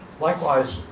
Likewise